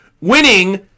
Winning